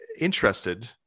interested